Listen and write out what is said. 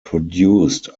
produced